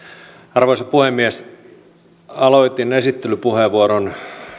arvoisa puhemies aloitin esittelypuheenvuoron